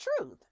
truth